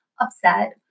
upset